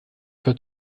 für